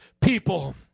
people